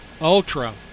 ultra